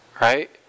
Right